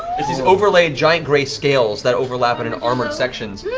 it's these overlaid giant grey scales that overlap in in armored sections